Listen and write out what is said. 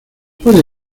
puede